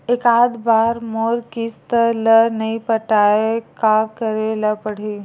एकात बार मोर किस्त ला नई पटाय का करे ला पड़ही?